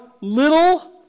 little